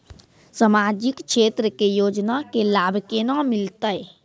समाजिक क्षेत्र के योजना के लाभ केना मिलतै?